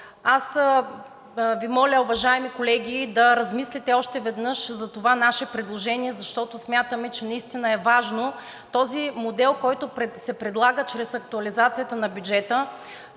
Аз Ви моля, уважаеми колеги, да размислите още веднъж за това наше предложение, защото смятаме, че наистина е важно този модел, който се предлага чрез актуализацията на бюджета,